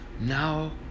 Now